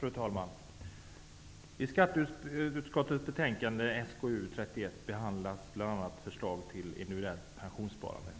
Fru talman! I skatteutskottets betänkande SkU31 behandlas bl.a. förslag till individuellt pensionssparande.